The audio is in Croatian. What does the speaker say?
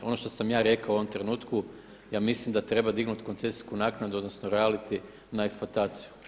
Ono što sam ja rekao u onom trenutku, ja mislim da treba dignuti koncesijsku naknadu odnosno royalty na eksploataciju.